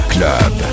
Club